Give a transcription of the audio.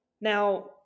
Now